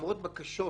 למרות בקשות